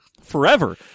Forever